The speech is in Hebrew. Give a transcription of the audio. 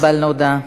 קיבלנו הודעה.